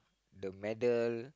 the medal